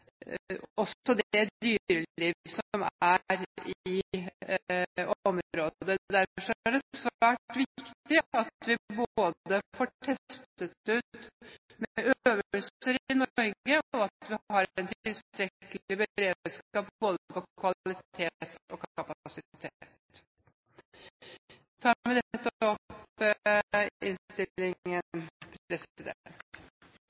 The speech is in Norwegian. i området. Derfor er det svært viktig at vi både får testet ut utstyr og har øvelser i Norge, og at vi har en tilstrekkelig beredskap når det gjelder både kvalitet og kapasitet.